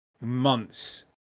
months